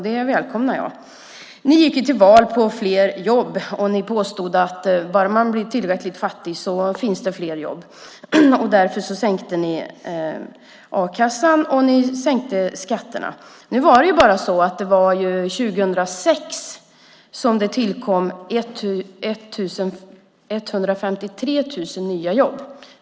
Det välkomnar jag. Ni gick till val på fler jobb, och ni påstod att bara man blir tillräckligt fattig finns det fler jobb. Därför sänkte ni a-kassan, och ni sänkte skatterna. Nu var det bara så att det ju var 2006 som det tillkom 153 000 nya jobb.